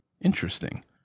Interesting